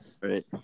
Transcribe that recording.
right